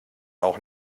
auch